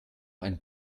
ein